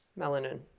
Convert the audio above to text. Melanin